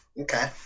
Okay